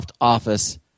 Office